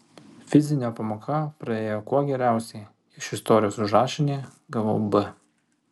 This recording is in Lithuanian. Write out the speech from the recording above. fizinio pamoka praėjo kuo geriausiai iš istorijos už rašinį gavau b